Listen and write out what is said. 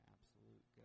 Absolute